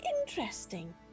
interesting